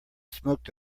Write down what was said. smoke